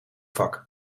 vak